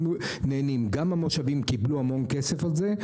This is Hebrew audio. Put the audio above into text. נהנים גם המושבים קיבלו המון כסף על זה,